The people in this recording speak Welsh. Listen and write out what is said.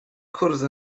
cwrdd